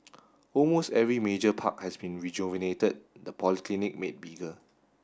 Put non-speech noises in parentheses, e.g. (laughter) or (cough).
(noise) almost every major park has been rejuvenated the polyclinic made bigger